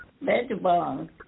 vegetables